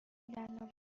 دندان